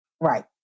Right